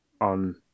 on